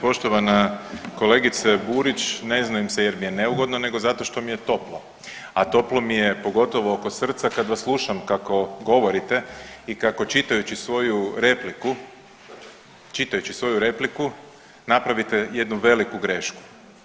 Poštovana kolegice Burić ne znojim se jer mi je neugodno nego zato što mi je toplo, a toplo mi je pogotovo oko srca, kad vas slušam kako govorite i kako čitajući svoju repliku, čitajući svoju repliku napravite jednu veliku grešku.